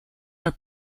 are